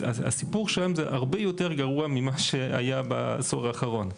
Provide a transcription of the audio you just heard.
הסיפור שם הרבה יותר גרוע ממה שהיה בעשור האחרון.